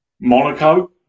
Monaco